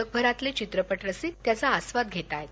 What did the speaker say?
जगभरातले चित्रपट रसिक त्याचा आस्वाद घेताहेत